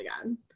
again